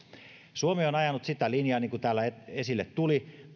suomi on ajanut sitä linjaa niin kuin täällä esille tuli